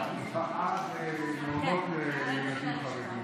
אני בעד מעונות לילדים חרדים.